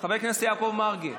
חבר הכנסת יעקב מרגי,